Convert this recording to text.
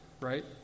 right